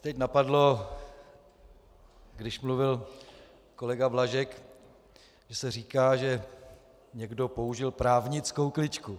Mě teď napadlo, když mluvil kolega Blažek, že se říká, že někdo použil právnickou kličku.